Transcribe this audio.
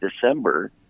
December